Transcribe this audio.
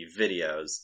videos